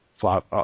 flop